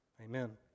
Amen